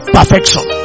Perfection